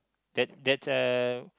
that that uh